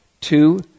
Two